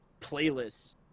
playlists